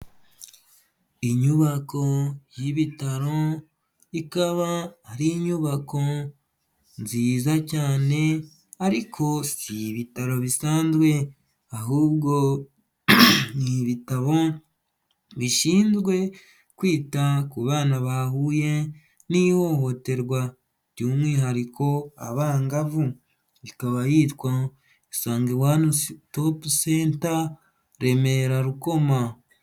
Inyubako y'ibitaro, ikaba ari inyubako nziza cyane, ariko si ibitaro bisanzwe; ahubwo ni ibitabo bishinzwe kwita ku bana bahuye n'ihohoterwa, by'umwihariko abangavu. Ikaba yitwa isange one stop center Remera Rukoma.